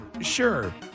sure